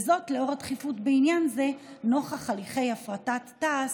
וזאת לאור הדחיפות בעניין זה נוכח הליכי הפרטת תע"ש,